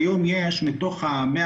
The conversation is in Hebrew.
כיום, מתוך 112